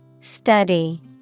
Study